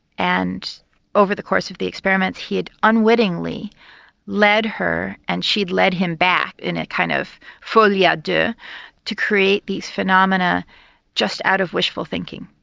and over the course of the experiment he had unwittingly led her and she'd led him back in a kind of folie a deux to create this phenomenon ah just out of wishful thinking.